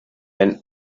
wenn